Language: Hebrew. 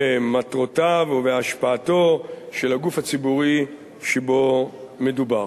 במטרותיו ובהשפעתו של הגוף הציבורי שבו מדובר.